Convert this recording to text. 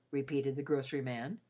repeated the grocery-man,